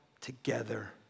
together